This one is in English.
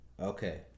Okay